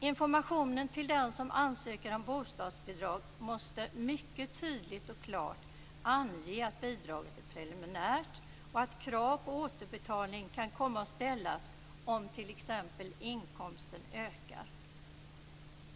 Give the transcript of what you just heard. Informationen till den som ansöker om bostadsbidrag måste mycket tydligt och klart ange att bidraget är preliminärt och att krav på återbetalning kan komma att ställas om t.ex. inkomsten ökar.